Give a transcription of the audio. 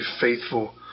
faithful